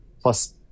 plus